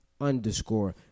underscore